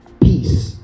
Peace